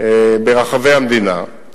ברחבי המדינה.